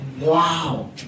wow